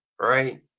right